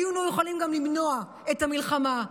היינו יכולים גם למנוע את המלחמה.